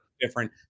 different